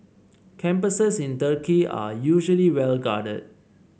campuses in Turkey are usually well guarded